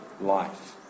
life